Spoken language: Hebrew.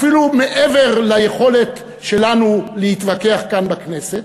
אפילו מעבר ליכולת שלנו להתווכח כאן בכנסת,